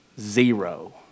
zero